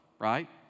right